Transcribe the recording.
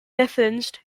referenced